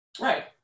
Right